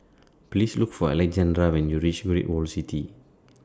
Please Look For Alejandra when YOU REACH Great World City